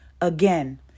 again